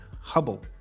Hubble